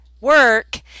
work